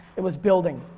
it was building.